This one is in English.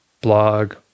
blog